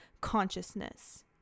consciousness